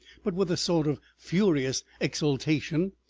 but with a sort of furious exultation,